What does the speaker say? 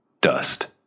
dust